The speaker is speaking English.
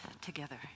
together